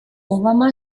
obama